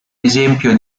esempio